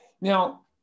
Now